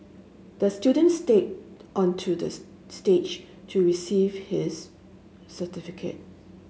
the student stand onto the stage to receive his certificate